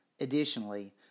Additionally